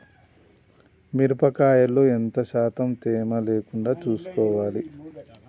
మిరప కాయల్లో ఎంత శాతం తేమ లేకుండా చూసుకోవాలి?